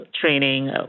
training